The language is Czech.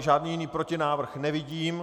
Žádný jiný protinávrh nevidím.